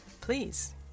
please